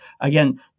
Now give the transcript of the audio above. again